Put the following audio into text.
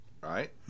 right